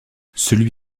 celui